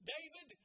David